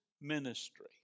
ministry